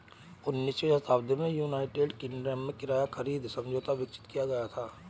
उन्नीसवीं शताब्दी में यूनाइटेड किंगडम में किराया खरीद समझौता विकसित किया गया था